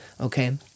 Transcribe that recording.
Okay